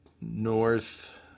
north